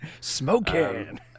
smoking